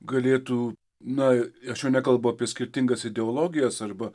galėtų na aš jau nekalbu apie skirtingas ideologijas arba